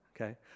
okay